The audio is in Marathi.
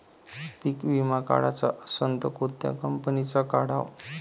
पीक विमा काढाचा असन त कोनत्या कंपनीचा काढाव?